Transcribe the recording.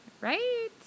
Right